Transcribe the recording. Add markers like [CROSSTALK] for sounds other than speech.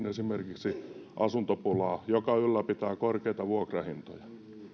[UNINTELLIGIBLE] esimerkiksi pääkaupunkiseudullakin asuntopulaa joka ylläpitää korkeita vuokrahintoja